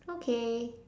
okay